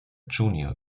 junior